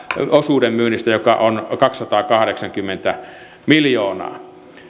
osuuden myynnistä joka on kaksisataakahdeksankymmentä miljoonaa